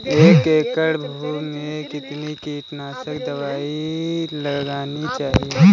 एक एकड़ भूमि में कितनी कीटनाशक दबाई लगानी चाहिए?